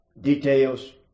details